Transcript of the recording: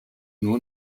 nur